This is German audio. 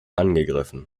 angegriffen